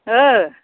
ओ